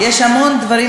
אז תשמעי את התשובה.